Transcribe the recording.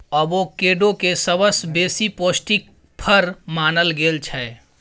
avocado केँ सबसँ बेसी पौष्टिक फर मानल गेल छै